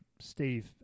Steve